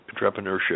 entrepreneurship